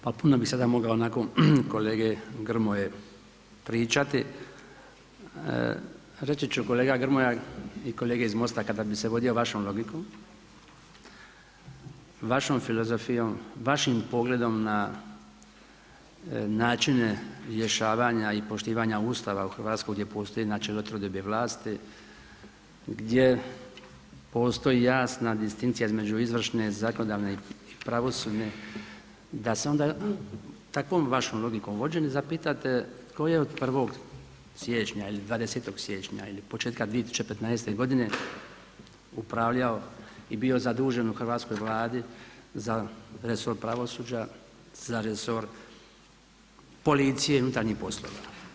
Puno bi sada nakon kolege Grmoje pričati, reći ću kolega Grmoja i kolege iz Most-a kada bi se vodio vašom logikom, vašom filozofijom, vašim pogledom na načine rješavanja i poštivanja Ustava u Hrvatskoj gdje postoji načelo trodiobe vlasti, gdje postoji jasna distinkcija između izvršne, zakonodavne i pravosudne da se onda takvom vašom logikom vođeni zapitate tko je od 1. siječnja ili 20. siječnja ili početka 2015. godine upravljao i bio zadužen u hrvatskoj Vladi za resor pravosuđa, za resor policije i unutarnjih poslova.